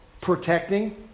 protecting